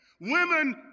women